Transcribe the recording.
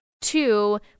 two